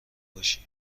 باشی